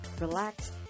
relax